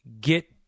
get